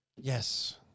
Yes